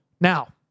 Now